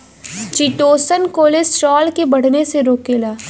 chitosan cholesterol के बढ़ले से रोकेला